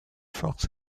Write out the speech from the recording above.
force